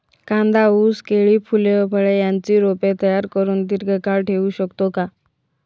कांदा, ऊस, केळी, फूले व फळे यांची रोपे तयार करुन दिर्घकाळ ठेवू शकतो का?